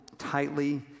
Tightly